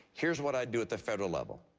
here's what i'd do at the federal level,